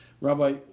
Rabbi